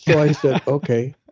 i said, okay.